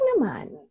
naman